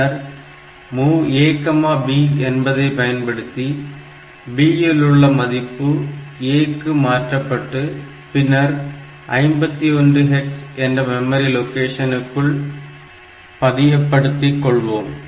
பின்னர் MOV AB என்பதை பயன்படுத்தி B இல் உள்ள மதிப்பு A இக்கு மாற்றப்பட்டு பின்னர் 51 hex என்ற மெமரி லொகேஷனுக்குள் பதியப்படுத்திக் கொள்வோம்